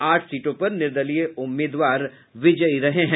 आठ सीटों पर निर्दलीय उम्मीदवार विजयी रहे हैं